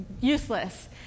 useless